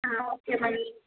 ah okay ma'am